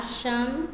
Assam